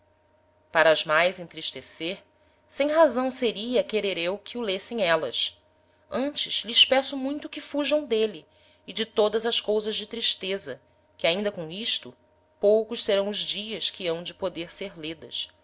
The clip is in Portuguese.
para as mais entristecer sem-razão seria querer eu que o lessem élas antes lhes peço muito que fujam d'êle e de todas as cousas de tristeza que ainda com isto poucos serão os dias que hão de poder ser ledas